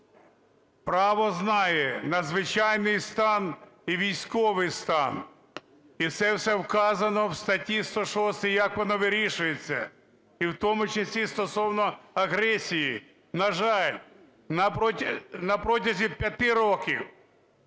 Право знає: "надзвичайний стан" і "військовий стан", і це все вказано в статті 106, як воно вирішується, і в тому числі стосовно агресії. На жаль, на протязі 5 років